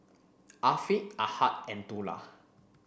Afiq Ahad and Dollah